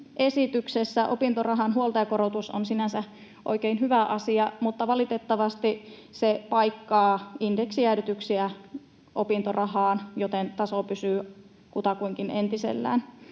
esityksessä opintorahan huoltajakorotus on sinänsä oikein hyvä asia, mutta valitettavasti se paikkaa indeksijäädytyksiä opintorahaan, joten taso pysyy kutakuinkin entisellään.